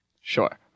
Sure